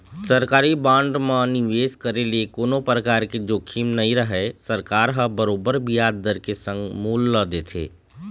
सरकारी बांड म निवेस करे ले कोनो परकार के जोखिम नइ रहय सरकार ह बरोबर बियाज दर के संग मूल ल देथे